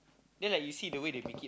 ya lah you see the way they make it